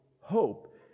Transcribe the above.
hope